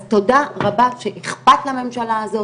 אז תודה רבה שאכפת לממשלה הזאת,